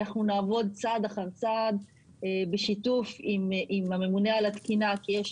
אנחנו נעבוד צעד אחר צעד בשיתוף עם הממונה על התקינה ועם